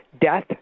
Death